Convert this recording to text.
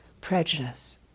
prejudice